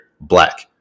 black